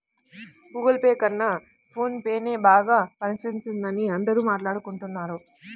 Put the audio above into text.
Google Pay కన్నా phone పేనే బాగా పనిజేత్తందని అందరూ మాట్టాడుకుంటన్నారు